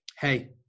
hey